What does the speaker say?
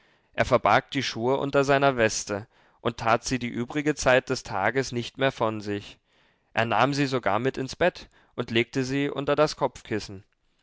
er verbarg die schuhe unter seiner weste und tat sie die übrige zeit des tages nicht mehr von sich er nahm sie sogar mit ins bett und legte sie unter das kopfkissen